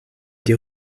des